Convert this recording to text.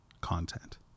content